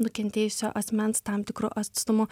nukentėjusio asmens tam tikru atstumu